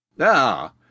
Ah